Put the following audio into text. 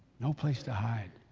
no place to hide.